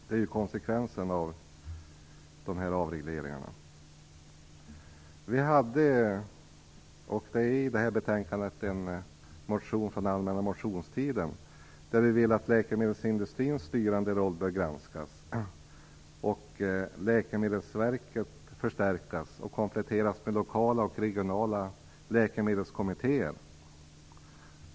Det är konsekvensen av avregleringarna. En av våra motioner från den allmänna motionstiden behandlas i det här betänkandet. I den motionen vill vi att läkemedelsindustrins styrande roll granskas samt att Läkemedelsverket förstärks och kompletteras med lokala och regionala läkemedelskommittéer.